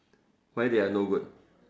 why they are no good